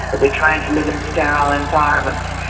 that we're trying to live in sterile environments,